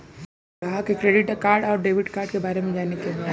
ग्राहक के credit card और डेविड कार्ड के बारे में जाने के बा?